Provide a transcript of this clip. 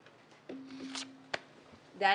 הזה.